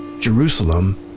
Jerusalem